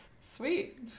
Sweet